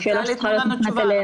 זו שאלה שצריך להפנות אליהם.